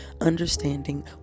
understanding